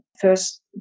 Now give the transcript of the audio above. first